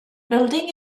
building